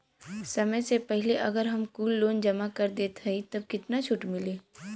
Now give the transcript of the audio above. समय से पहिले अगर हम कुल लोन जमा कर देत हई तब कितना छूट मिली?